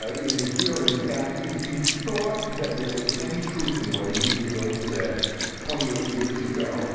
ah in the hearings and if you thought that there was any truth in what anita hill said twenty years ago,